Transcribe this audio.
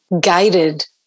guided